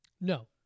No